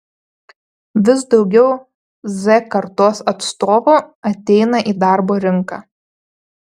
vis daugiau z kartos atstovų ateina į darbo rinką